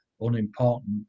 unimportant